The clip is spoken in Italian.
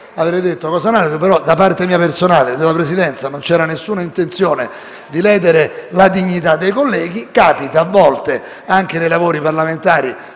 avrei detto cose analoghe. Tuttavia, da parte mia personale e della Presidenza non c'era alcuna intenzione di ledere la dignità dei colleghi. Capita, a volte, anche nei lavori parlamentari,